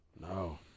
No